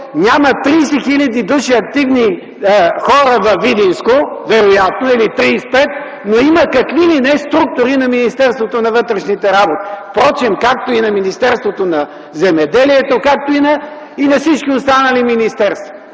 няма 30 хил. души активни хора, във Видинско, вероятно, или 35 хиляди, но има какви ли не структури на Министерството на вътрешните работи, впрочем, както и на Министерството на земеделието, както и на всички останали министерства.